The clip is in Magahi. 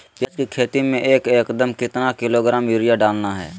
प्याज की खेती में एक एकद में कितना किलोग्राम यूरिया डालना है?